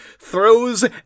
throws